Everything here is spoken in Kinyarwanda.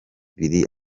ibiri